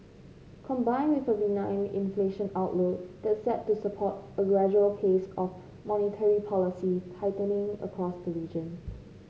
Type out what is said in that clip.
combined with a benign inflation outlook that's set to support a gradual pace of monetary policy tightening across the region